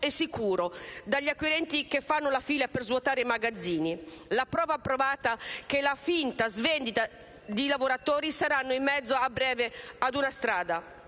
e sicuro, dagli acquirenti, che fanno la fila per svuotare i magazzini! La prova provata che, finita la svendita, i lavoratori saranno in mezzo ad una strada.